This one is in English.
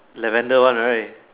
Lavender one right